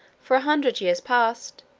for a hundred years past,